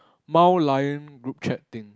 mild lion group chat thing